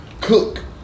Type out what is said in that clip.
cook